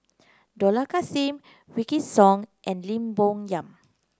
Dollah Kassim Wykidd Song and Lim Bo Yam